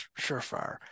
Surefire